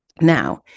Now